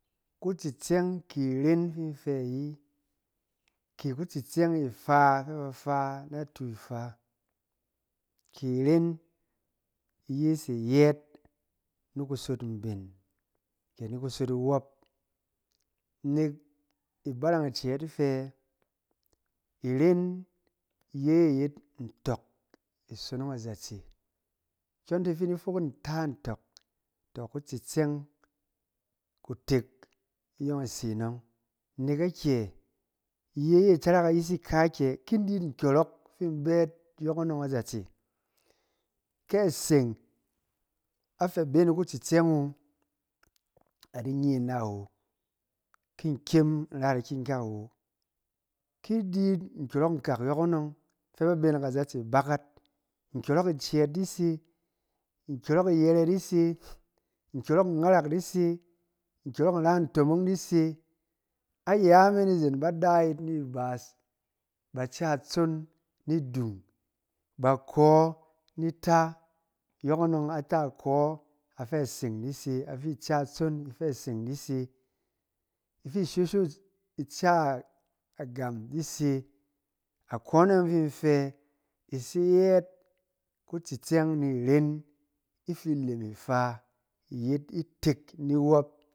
Kutsiksɛng ke iren fi nfɛ ayi. Ke ku tsitsɛng ifa fɛ ba fan a atu ifa, ke iren iyɛ re yɛɛt ni kusot mben ke ni kusot iwɔb. Nek ibarang icɛɛt fɛ iren ye iyet ntɔk tsonong a zatse, kyɔnti fi ndi fɔk yit nta ntɔk, to, kutsɛng kutek iyɔng ise anɔng, nek akyɛ? Iye ye itarak ayisi ka kyɛ, ki ndiyit nkyɔrɔk fi mbɛt yɔkɔnɔng a zatse, kɛ aseng afɛ abe ni kutsitsɛng wu adi nye ina awo ki nkyem in ra’t iki-kak awo. Ki ndiyit nkyɔrɔng nkak yɔkɔnɔng fɛ ba be na kaztse bakat, nkyɔrɔk icɛɛt dise, nkyɔrɔk ira ntomong dise. A yaame ni izen ba da yit ni ibaas, ba ca itson ni dung ba kɔɔ nita, yɔkɔnɔng ata ikɔɔ afɛ using dise afi. Ka itson afɛ aseng di se, ifi shosho ica agam dise. Akɔn ne yɔng fi ndi fɛ ise yɛɛk kutsitsɛng ni iren ifi ilem ifa iyet itek ni wob.